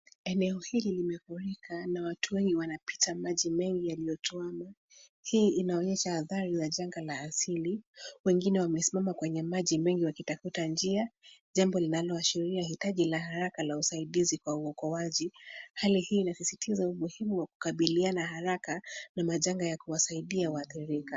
Eneo hili limefurika na watu wengi wanapita maji mengi yaliyotuama. Hii inaonyesha athari ya janga la asili. Wengine wamesimama kwenye maji mengi wakitafuta njia jambo linaloashiria hitaji la haraka la usaidizi kwa uokoaji. Hali hii inasisitiza umuhimu wa kukabiliana haraka kwa majanga ya kuwasaidia waadhirika.